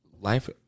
Life